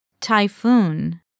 Typhoon